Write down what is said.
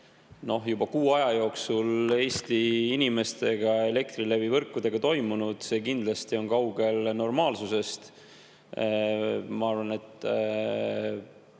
juba kuu aja jooksul Eesti inimestega ja Elektrilevi võrkudega toimunud, kindlasti on kaugel normaalsusest. Ma arvan, et